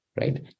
right